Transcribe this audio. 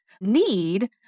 need